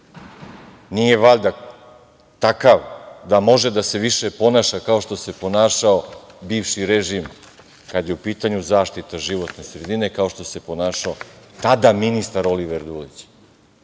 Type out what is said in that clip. nije valjda takav da može da se ponaša kao što se ponašao bivši režim kada je u pitanju zaštita životne sredine, kao što se ponašao tada ministar Oliver Dulić.